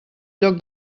lloc